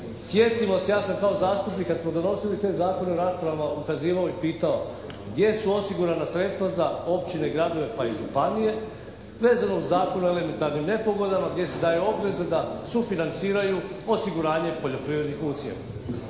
Sjetimo se, ja sam kao zastupnik kad smo donosili te zakone u raspravama ukazivao i pitao: gdje su osigurana sredstva za općine, gradove pa i županije vezano uz Zakon o elementarnim nepogodama gdje se daju obveze da sufinanciraju osiguranje poljoprivrednih usjeva?